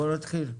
בואו נתחיל.